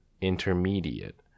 intermediate